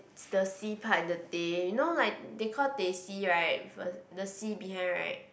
is the C part in the teh you know like they called teh C right with a the C behind right